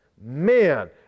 Man